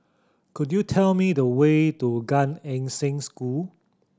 could you tell me the way to Gan Eng Seng School